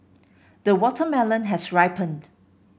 the watermelon has ripened